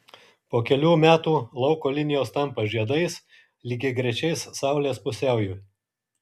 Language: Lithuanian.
po kelių metų lauko linijos tampa žiedais lygiagrečiais saulės pusiaujui